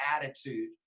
attitude